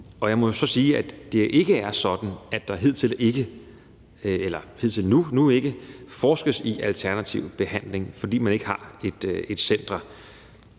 og jeg må sige, at det ikke er sådan, at der indtil nu ikke er forsket i alternativ behandling, fordi man ikke har et center.